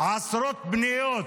עשרות פניות,